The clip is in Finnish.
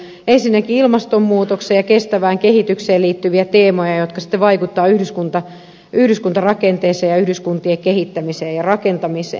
ensinnäkin ilmastonmuutokseen ja kestävään kehitykseen liittyviä teemoja jotka sitten vaikuttavat yhdyskuntarakenteeseen ja yhdyskuntien kehittämiseen ja rakentamiseen